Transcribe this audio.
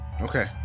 Okay